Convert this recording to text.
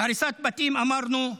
הריסת בתים, אמרנו.